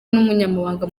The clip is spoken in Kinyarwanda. n’umunyamabanga